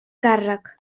càrrec